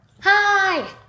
Hi